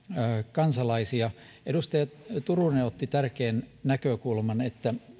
kansalaisia edustaja turunen otti tärkeän näkökulman että